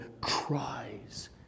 cries